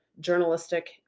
journalistic